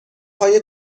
های